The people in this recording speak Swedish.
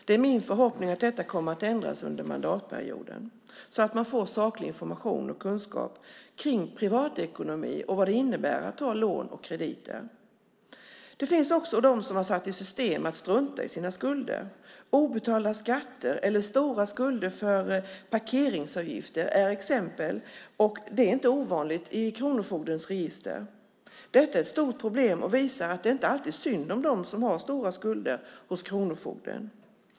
Det är min förhoppning att detta kommer att ändras under mandatperioden, så att ungdomar får saklig information och kunskap om privatekonomi och vad det innebär att ta lån och krediter. Det finns också de som har satt i system att strunta i sina skulder. Obetalda skatter eller stora skulder för parkeringsavgifter är exempel som inte är ovanliga i kronofogdens register. Detta är ett stort problem och visar att det inte alltid är synd om dem som har stora skulder hos kronofogden.